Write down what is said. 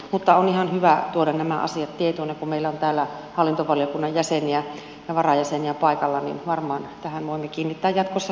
mutta on ihan hyvä tuoda nämä asiat tietoon ja kun meillä on täällä hallintovaliokunnan jäseniä ja varajäseniä paikalla niin varmaan tähän voimme kiinnittää jatkossa huomiota